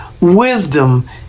Wisdom